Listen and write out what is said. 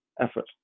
effort